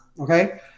okay